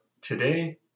today